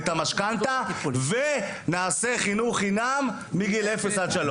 את המשכנתא ונעשה חינוך חינם מאפס עד שלוש״?